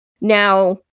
Now